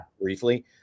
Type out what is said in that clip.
briefly